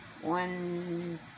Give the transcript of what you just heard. one